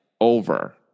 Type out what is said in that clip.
over